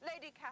Lady